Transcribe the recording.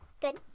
Good